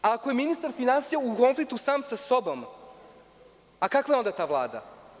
Ako je ministar finansija u konfliktu sam sa sobom, a kakva je onda ta Vlada.